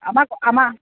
আমাক আমাৰ